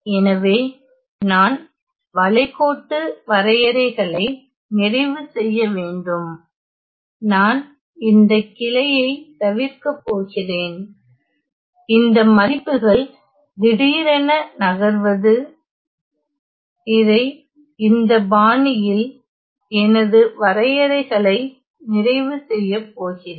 எனவே நான் வளைகோட்டு வரையறைகளை நிறைவு செய்ய வேண்டும் நான் இந்த கிளையைத் தவிர்க்கப் போகிறேன் இந்த மதிப்புகள் திடீரென நகர்வது இறை இந்த பாணியில் எனது வரையறைகளை நிறைவு செய்யப் போகிறேன்